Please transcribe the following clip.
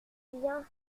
bien